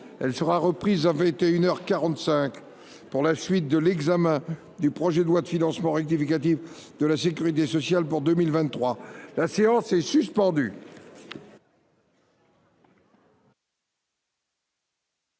Elle sera reprise avait été 1h45 pour la suite de l'examen du projet de loi de financement rectificatif de la Sécurité sociale pour 2023, la séance est suspendue.